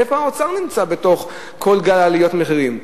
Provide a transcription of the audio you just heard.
איפה האוצר נמצא בתוך כל גל עליית המחירים?